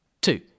two